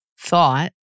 thought